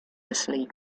asleep